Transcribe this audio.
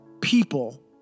people